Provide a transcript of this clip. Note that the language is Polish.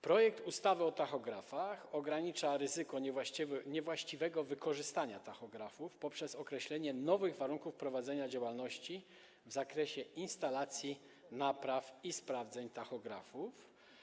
Projekt ustawy o tachografach ogranicza ryzyko niewłaściwego wykorzystania tachografów poprzez określenie nowych warunków prowadzenia działalności w zakresie instalacji, napraw i sprawdzeń tachografów.